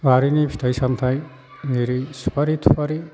बारिनि फिथाइ सामथाइ ओरै सुपारि थुपारि